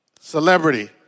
celebrity